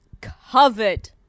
covered